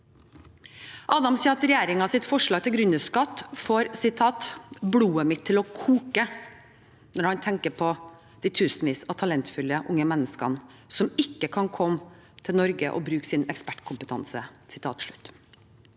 Adam sier at regjeringens forslag til gründerskatt får blodet hans til å koke når han tenker på de tusenvis av talentfulle unge menneskene som ikke kan komme til Norge og bruke sin ekspertkompetanse.